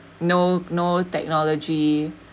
no no technology